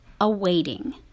Awaiting